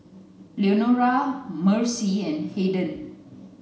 Leonora Marcie and Haden